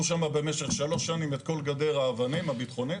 שם במשך שלוש שנים את כל גדר האבנים הביטחוני.